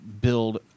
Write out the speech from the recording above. build